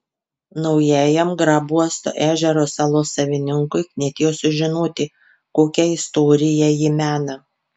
naujajam grabuosto ežero salos savininkui knietėjo sužinoti kokią istoriją ji mena